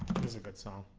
a good song